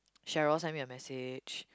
Cheryl sent me a message